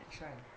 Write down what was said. which one